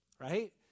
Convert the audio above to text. right